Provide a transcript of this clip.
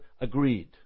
agreed